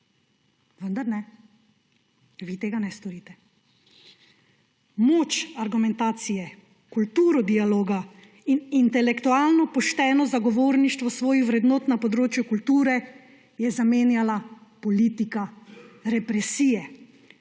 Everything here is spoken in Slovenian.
Vendar ne, vi tega ne storite. Moč argumentacije, kulturo dialoga in intelektualno pošteno zagovorništvo svojih vrednot na področju kulture je zamenjala politika represije